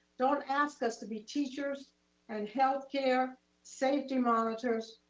don't ask us to be teachers and healthcare safety monitors,